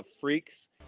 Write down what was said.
freaks